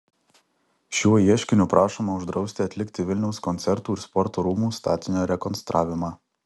šiuo ieškiniu prašoma uždrausti atlikti vilniaus koncertų ir sporto rūmų statinio rekonstravimą